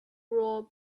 rob